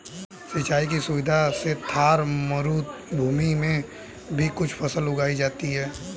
सिंचाई की सुविधा से थार मरूभूमि में भी कुछ फसल उगाई जाती हैं